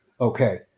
Okay